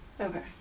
Okay